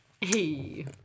Hey